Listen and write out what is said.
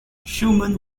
schumann